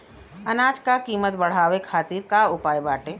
अनाज क कीमत बढ़ावे खातिर का उपाय बाटे?